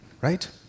Right